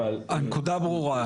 אבל --- הנקודה ברורה,